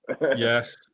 Yes